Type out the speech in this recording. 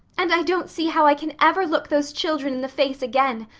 and i don't see how i can ever look those children in the face again.